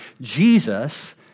Jesus